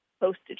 postage